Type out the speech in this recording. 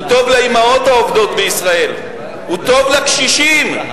הוא טוב לאמהות העובדות בישראל, הוא טוב לקשישים,